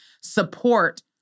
support